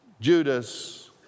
Judas